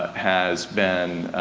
has been,